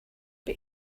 but